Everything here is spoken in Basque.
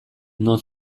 non